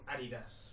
Adidas